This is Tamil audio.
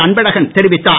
அன்பழகன் தெரிவித்தார்